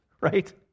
right